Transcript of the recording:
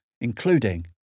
including